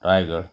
Raigad